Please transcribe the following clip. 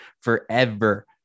forever